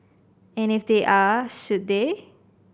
and if they are should they